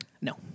No